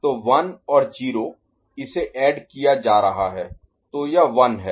तो 1 और 0 इसे ऐड किया जा रहा है तो यह 1 है